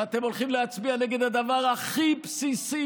ואתם הולכים להצביע נגד הדבר הכי בסיסי